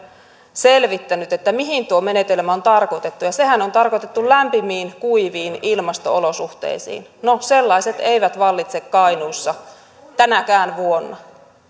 selvittänyt mihin tuo menetelmä on tarkoitettu sehän on tarkoitettu lämpimiin kuiviin ilmasto olosuhteisiin no sellaiset eivät vallitse kainuussa tänäkään vuonna